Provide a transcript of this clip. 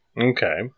Okay